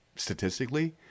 Statistically